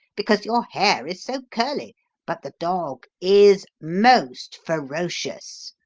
because your hair is so curly but the dog is most ferocious.